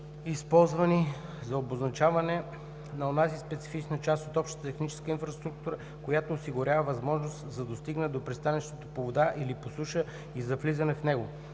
използвани за обозначаване на онази специфична част от общата техническа инфраструктура, която осигурява възможност за достигане до пристанището по вода или по суша и за влизане в него.